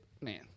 man